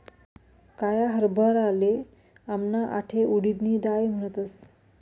काया हरभराले आमना आठे उडीदनी दाय म्हणतस